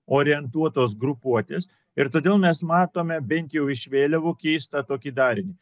orientuotos grupuotės ir todėl mes matome bent jau iš vėliavų keistą tokį darinį